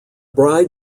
bride